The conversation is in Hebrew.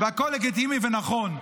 הכול לגיטימי ונכון.